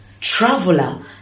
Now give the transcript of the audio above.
traveler